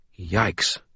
Yikes